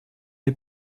est